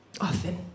Often